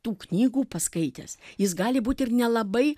tų knygų paskaitęs jis gali būti ir nelabai